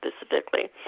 specifically